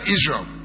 Israel